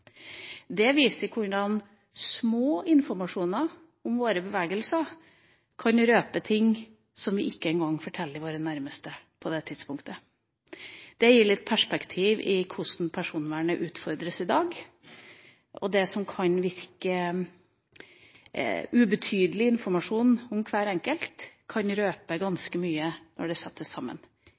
Det viser hvordan små informasjonsbiter om våre bevegelser kan røpe ting som vi ikke engang forteller våre nærmeste på det aktuelle tidspunktet. Det gir litt perspektiv på hvordan personvernet utfordres i dag. Det som kan virke som ubetydelig informasjon om hver enkelt, kan røpe ganske mye når det settes sammen.